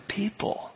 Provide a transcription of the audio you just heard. people